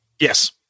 yes